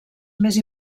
més